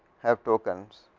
have tokens,